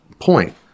point